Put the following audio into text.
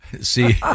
see